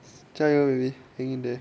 加油 baby hang in there